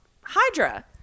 Hydra